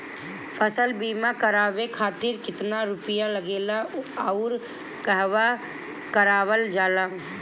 फसल बीमा करावे खातिर केतना रुपया लागेला अउर कहवा करावल जाला?